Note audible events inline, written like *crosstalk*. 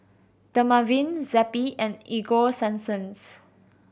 Dermaveen Zappy and Ego *noise* sunsense